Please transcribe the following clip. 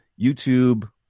YouTube